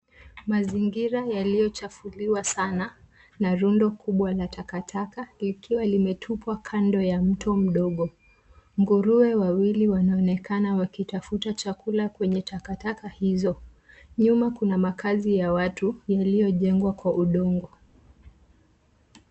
Mazingira yaliyochafuliwa sana na rundo kubwa la takataka ikiwa limetupwa kando ya mto mdogo. Nguruwe wawili wanaonekana wakitafuta chakula kwenye takataka hizo. Nyuma kuna makazi ya watu yaliyojengwa kwa udongo.